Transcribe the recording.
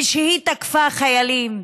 והיא תקפה חיילים.